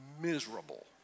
Miserable